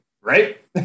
Right